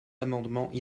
amendements